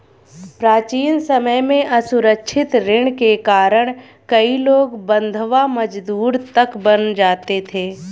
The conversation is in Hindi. प्राचीन समय में असुरक्षित ऋण के कारण कई लोग बंधवा मजदूर तक बन जाते थे